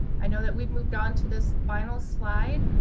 i know that we've moved on to this final slide,